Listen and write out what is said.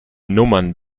nummern